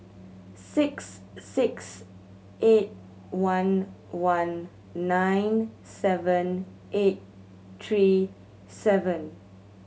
six six eight one one nine seven eight three seven